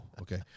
Okay